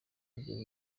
ugere